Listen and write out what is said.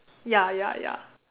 ya ya ya